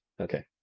Okay